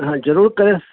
हा ज़रूर करे